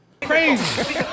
Crazy